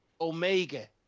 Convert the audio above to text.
Omega